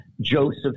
Joseph